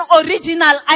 original